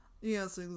Yes